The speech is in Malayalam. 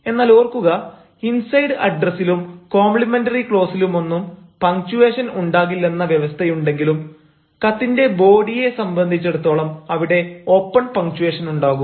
എന്നാൽ ഓർക്കുക ഇൻസൈഡ് അഡ്രസ്സിലും കോംപ്ലിമെന്ററി ക്ളോസിലുമൊന്നും പങ്ച്ചുവേഷൻ ഉണ്ടാകില്ലെന്ന വ്യവസ്ഥയുണ്ടെങ്കിലും കത്തിന്റെ ബോഡിയെ സംബന്ധിച്ചിടത്തോളം അവിടെ ഓപ്പൺ പങ്ച്ചുവേഷൻ ഉണ്ടാകും